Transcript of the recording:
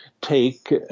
take